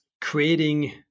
creating